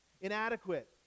inadequate